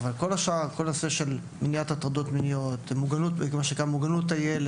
הנושאים של מניעת הטרדות מיניות ומוגנות הילד,